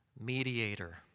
mediator